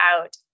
out